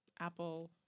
apple